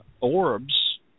orbs